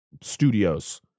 studios